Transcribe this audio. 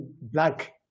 black